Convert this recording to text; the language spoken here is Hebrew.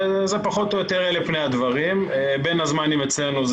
אני שמח שאתה כאן ואני מקווה שנצא מכאן גם עם בשורות